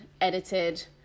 edited